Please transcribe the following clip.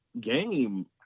game